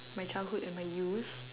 my childhood and my youth